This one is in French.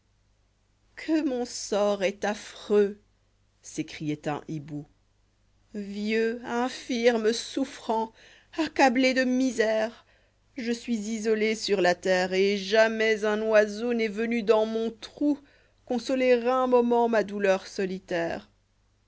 jye mon sort est affreux s'écrioit un hibou vieux infirme souffrant accablé de misère je suis isolé sur la terre et jamais un oiseau n'est venu dans mon trou consoler un moment ma douleur solitaire